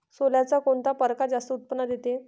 सोल्याचा कोनता परकार जास्त उत्पन्न देते?